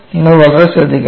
നിങ്ങൾ വളരെ ശ്രദ്ധിക്കണം